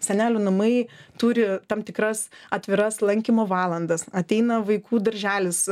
senelių namai turi tam tikras atviras lankymo valandas ateina vaikų darželis